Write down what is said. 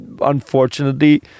unfortunately